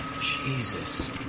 Jesus